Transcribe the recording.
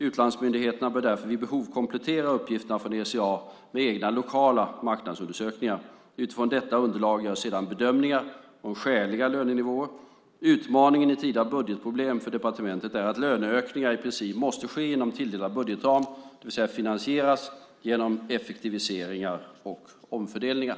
Utlandsmyndigheterna bör därför vid behov komplettera uppgifterna från ECA med egna lokala marknadsundersökningar. Utifrån detta underlag görs sedan bedömningar om skäliga lönenivåer. Utmaningen i tider av budgetproblem för departementet är att löneökningar i princip måste ske inom tilldelad budgetram, det vill säga finansieras genom effektiviseringar och omfördelningar.